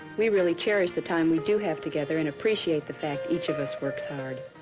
we really cherish the time we do have together and appreciate the fact each of us works hard.